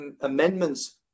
amendments